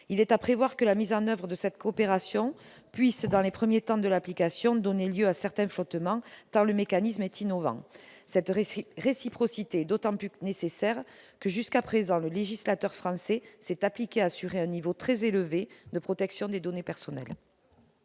Il est à prévoir que la mise en oeuvre de cette coopération puisse, dans les premiers temps de l'application, donner lieu à certains flottements, tant le mécanisme est innovant. Cette réciprocité est d'autant plus nécessaire que, jusqu'à présent, le législateur français s'est appliqué à assurer un niveau très élevé de protection des données personnelles.